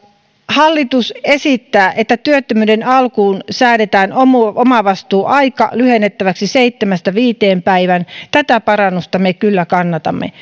hallitus esittää työttömyyden alkuun säädettyä omavastuuaikaa lyhennettäväksi seitsemästä viiteen päivään tätä parannusta me kyllä kannatamme